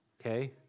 okay